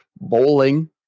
bowling